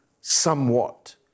somewhat